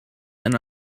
and